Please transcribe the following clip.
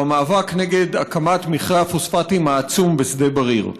המאבק נגד הקמת מכרה הפוספטים העצום בשדה בריר.